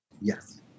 Yes